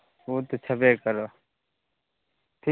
ओ तऽ छेबे करऽ ठीक